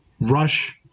rush